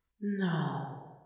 No